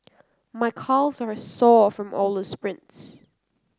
my calves are sore from all the sprints